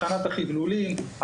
הכנסת החבלולים,